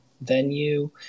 venue